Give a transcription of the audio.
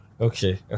Okay